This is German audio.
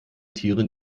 tieren